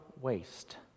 waste